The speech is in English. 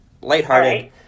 lighthearted